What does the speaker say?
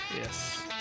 Yes